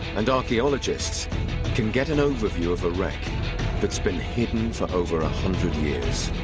and archaeologists can get an overview of a wreck that's been hidden for over a hundred years.